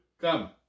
Come